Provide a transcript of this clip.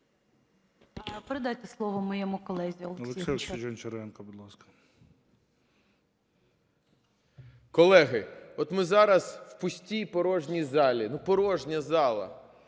Колеги, от ми зараз у пустій, порожній залі. Ну порожня зала.